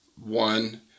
one